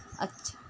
अच्छा